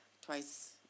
twice